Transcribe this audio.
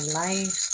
life